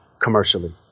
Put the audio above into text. commercially